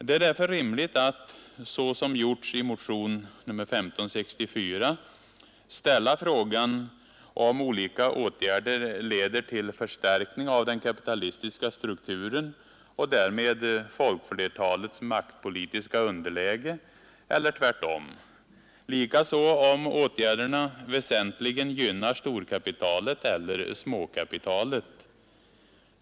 Det är därför rimligt att, som gjorts i motionen 1564, ställa frågan om olika åtgärder leder till förstärkning av den kapitalistiska strukturen och därmed till folkflertalets maktpolitiska underläge eller om det är tvärtom, likaså om åtgärderna väsentligen gynnar storkapitalet eller småkapitalet.